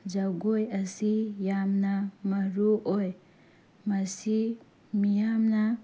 ꯖꯒꯣꯏ ꯑꯁꯤ ꯌꯥꯝꯅ ꯃꯔꯨ ꯑꯣꯏ ꯃꯁꯤ ꯃꯤꯌꯥꯝꯅ